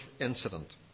incident